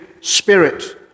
spirit